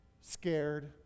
scared